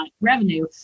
revenue